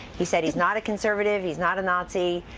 he said he is not a conservative. he is not a nazi.